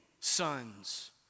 sons